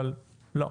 אבל לא.